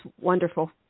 wonderful